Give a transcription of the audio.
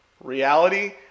reality